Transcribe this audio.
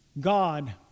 God